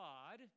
God